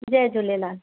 Jay Jhulelal